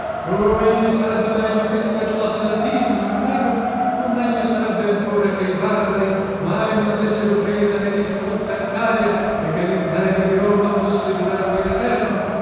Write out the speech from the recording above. egli sarebbe meglio che si ragionasse latino non lo nego ma meglio sarebbe ancora che i barbari mai non avessero presa né distrutta litalia e che limperio di roma fosse durato in eterno